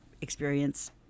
experience